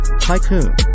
Tycoon